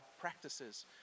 practices